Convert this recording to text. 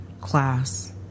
class